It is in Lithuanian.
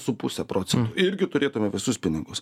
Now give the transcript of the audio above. su puse procento irgi turėtume visus pinigus